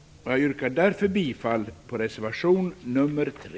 Jag yrkar därför bifall till reservation nr 3.